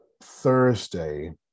Thursday